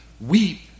weep